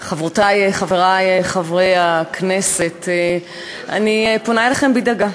חברותי, חברי חברי הכנסת, אני פונה אליכם בדאגה.